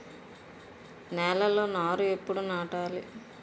నేలలో నారు ఎప్పుడు నాటాలి?